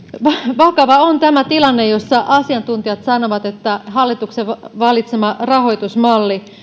vakava on tämä tilanne jossa asiantuntijat sanovat että hallituksen valitsema rahoitusmalli